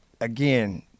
again